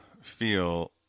feel